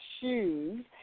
shoes